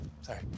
Sorry